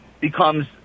becomes